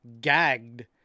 gagged